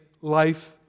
life